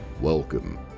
Welcome